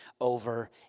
over